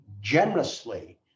Generously